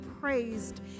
praised